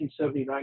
1979